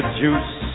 juice